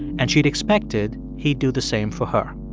and she'd expected he'd do the same for her.